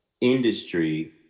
industry